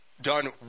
done